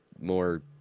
more